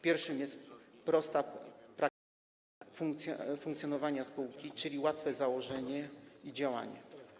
Pierwszym jest prostota w praktyce funkcjonowania spółki, czyli jej łatwe założenie i działanie.